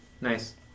Nice